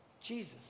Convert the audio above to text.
Jesus